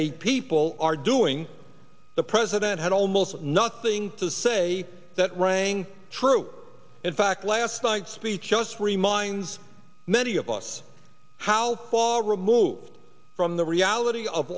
a people are doing the president had almost nothing to say that rang true in fact last night's speech just reminds many of us how paul removed from the reality of